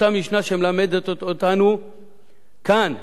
אותה משנה שמלמדת אותנו כאן,